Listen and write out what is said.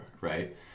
right